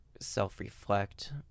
self-reflect